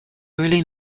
early